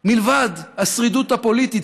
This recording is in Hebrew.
מלבד השרידות הפוליטית.